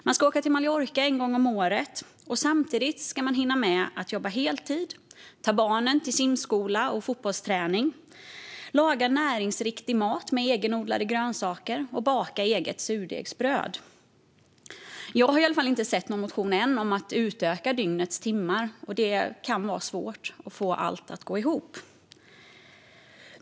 Man ska åka till Mallorca en gång om året samtidigt som man ska hinna med att jobba heltid, ta barnen till simskola och fotbollsträning, laga näringsriktig mat med egenodlade grönsaker och baka eget surdegsbröd. Jag har i alla fall inte ännu sett någon motion om att utöka dygnets timmar, och det kan vara svårt att få allt att gå ihop.